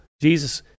Jesus